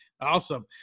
Awesome